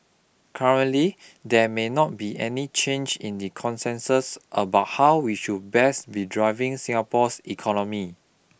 currently there may not be any change in the consensus about how we should best be driving Singapore's economy